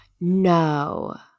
No